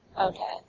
Okay